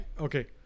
okay